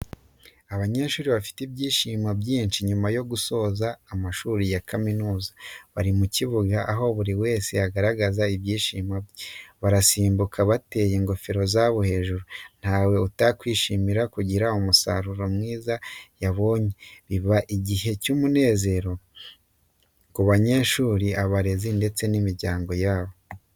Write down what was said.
Abanyeshuri bafite ibyishimo byinshi nyuma yo gusoza amashuri ya kaminuza bari mu kibuga aho buri wese agaragaza ibyishimo bye, barasimbuka bateye ingofero zabo hejuru, ntawe utakwishimira kugira umusaruro mwiza yabonye biba ari igihe cy'umunezero ku banyeshuri, abarezi ndetse n'imiryango yabo.